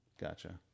Gotcha